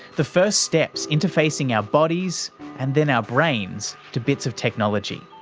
the first steps interfacing our bodies and then our brains to bits of technology.